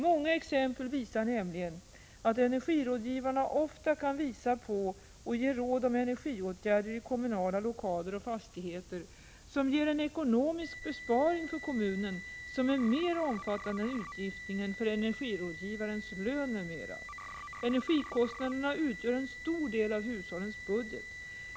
Många exempel visar nämligen att energirådgivarna ofta kan visa på och ge råd om energiåtgärder i kommunala lokaler och fastigheter som ger en ekonomisk besparing för kommunen som är mera omfattande än utgiften för energirådgivarens lön m.m. Energikostnaderna utgör en stor del av hushållens budget.